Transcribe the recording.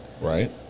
Right